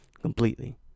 completely